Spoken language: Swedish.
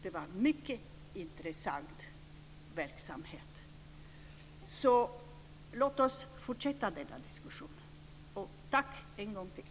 Det var en mycket intressant verksamhet. Så låt oss fortsätta denna diskussion, och tack en gång till!